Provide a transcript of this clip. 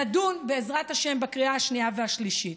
נדון בעזרת השם בקריאה השנייה והשלישית.